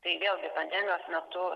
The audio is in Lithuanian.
tai vėlgi pandemijos metu